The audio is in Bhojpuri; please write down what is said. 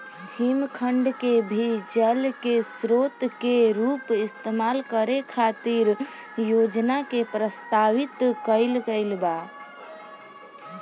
हिमखंड के भी जल के स्रोत के रूप इस्तेमाल करे खातिर योजना के प्रस्तावित कईल गईल बा